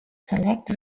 collect